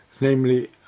namely